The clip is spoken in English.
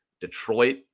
Detroit